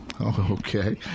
Okay